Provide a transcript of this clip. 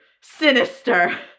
sinister